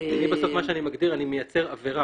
אני בסוף מגדיר עבירה,